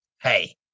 hey